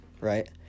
Right